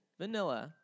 vanilla